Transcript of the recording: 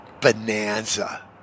bonanza